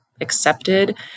accepted